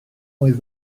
oedd